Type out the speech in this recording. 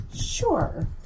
Sure